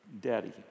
Daddy